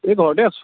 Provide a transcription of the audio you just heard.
এই ঘৰতে আছোঁ